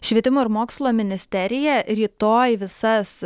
švietimo ir mokslo ministerija rytoj visas